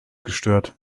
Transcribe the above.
gestört